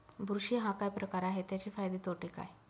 बुरशी हा काय प्रकार आहे, त्याचे फायदे तोटे काय?